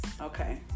okay